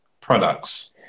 products